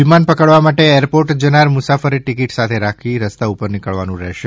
વિમાન પકડવા માટે એરપોર્ટ જનાર મુસાફરે ટિકિટ સાથે રાખી રસ્તા ઉપર નિકળવાનું રહેશે